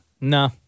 No